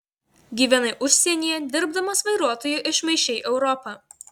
gyvenai užsienyje dirbdamas vairuotoju išmaišei europą